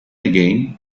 again